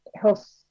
health